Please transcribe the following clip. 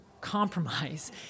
compromise